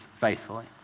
faithfully